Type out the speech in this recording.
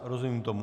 Rozumím tomu.